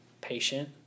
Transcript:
patient